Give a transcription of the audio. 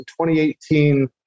2018